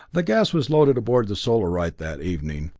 the gas was loaded aboard the solarite that evening,